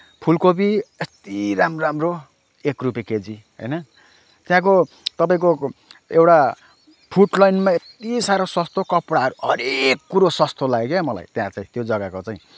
फुलकोपी यति राम्रो राम्रो एक रुपियाँ केजी होइन त्यहाँको तपाईँको एउटा फुटलाइनमा यत्ति साह्रो सस्तो कपडाहरू हरेक कुरो सस्तो लाग्यो कि मलाई त्यो चाहिँ जग्गाको चाहिँ